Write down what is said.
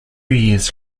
years